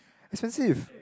expensive